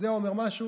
ושם הוא יהיה שגריר.